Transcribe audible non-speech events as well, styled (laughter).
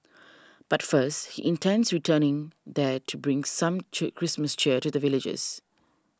but first he intends returning there to bring some (unintelligible) Christmas cheer to the villagers